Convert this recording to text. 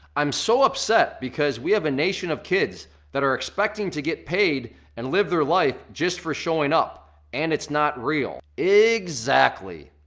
i'm so upset because we have a nation of kids that are expecting to get paid and live their life just for showing up and it's not real. exactly.